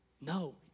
No